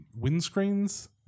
windscreens